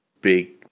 big